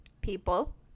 people